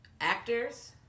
actors